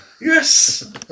Yes